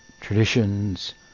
traditions